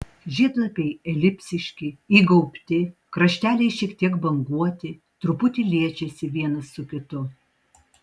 žiedlapiai elipsiški įgaubti krašteliai šiek tiek banguoti truputį liečiasi vienas su kitu